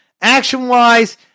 Action-wise